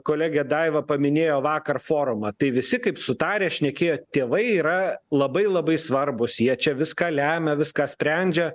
kolegė daiva paminėjo vakar forumą tai visi kaip sutarę šnekėjo tėvai yra labai labai svarbūs jie čia viską lemia viską sprendžia